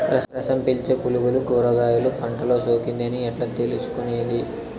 రసం పీల్చే పులుగులు కూరగాయలు పంటలో సోకింది అని ఎట్లా తెలుసుకునేది?